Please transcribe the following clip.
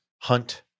hunt